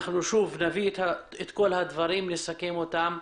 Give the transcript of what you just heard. נביא שוב את כל הדברים, נסכם אותם,